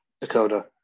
Dakota